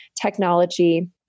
technology